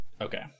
Okay